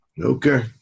Okay